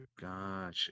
Gotcha